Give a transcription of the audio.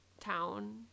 town